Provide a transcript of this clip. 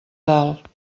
dalt